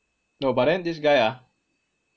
no but then this guy ah